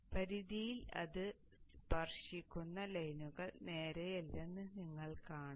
അതിനാൽ പരിധിയിൽ അത് സ്പർശിക്കുന്ന ലൈനുകൾ നേരെയല്ലെന്ന് നിങ്ങൾ കാണും